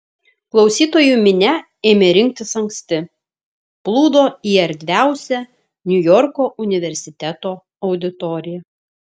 klausytojų minia ėmė rinktis anksti plūdo į erdviausią niujorko universiteto auditoriją